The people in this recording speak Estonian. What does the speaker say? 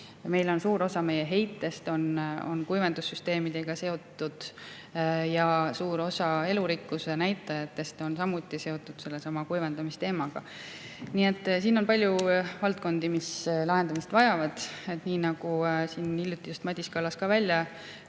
vajalik. Suur osa meie heitest on kuivendussüsteemidega seotud ja suur osa elurikkuse näitajatest on samuti seotud sellesama kuivendamise teemaga. Nii et siin on palju [probleeme], mis lahendamist vajavad. Nii nagu siin hiljuti Madis Kallas ka välja